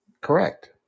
Correct